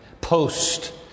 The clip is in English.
post